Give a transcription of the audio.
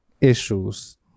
issues